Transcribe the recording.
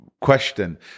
question